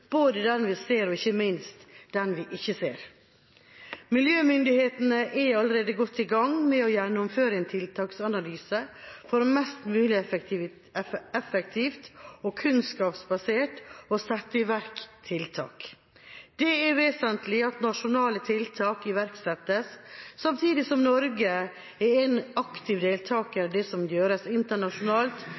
både den vi ser, og – ikke minst – den vi ikke ser. Miljømyndighetene er allerede godt i gang med å gjennomføre en tiltaksanalyse for mest mulig effektivt og kunnskapsbasert å sette i verk tiltak. Det er vesentlig at nasjonale tiltak iverksettes, samtidig som Norge er en aktiv deltaker i det som gjøres internasjonalt